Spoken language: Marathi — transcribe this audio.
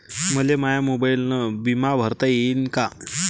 मले माया मोबाईलनं बिमा भरता येईन का?